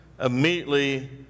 immediately